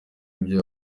ibyo